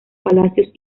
palacios